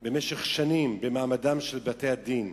במשך שנים במעמדם של בתי-הדין.